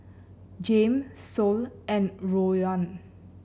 Jame Sol and Rowan